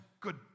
good